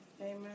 Amen